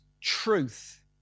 truth